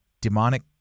demonic